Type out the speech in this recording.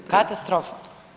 Katastrofa.